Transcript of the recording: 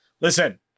Listen